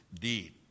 deed